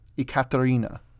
Ekaterina